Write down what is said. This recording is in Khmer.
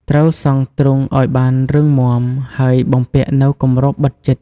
ត្រូវសង់ទ្រុងឱ្យបានរឹងមាំ ហើយបំពាក់នូវគម្របបិទជិត។